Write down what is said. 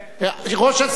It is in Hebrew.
ראש הסיעה,